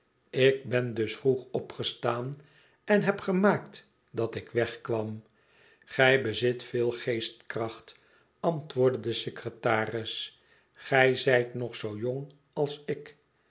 ik ben dus vroeg opgestaan en heb gemaakt dat ik wegkwam gij bezit veel geestkracht antwoordde de secretaris gij zijt nog zoo jong als ik